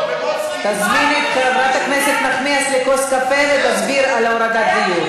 תזמין את חברת הכנסת נחמיאס לכוס קפה ותסביר על הורדת הדיור.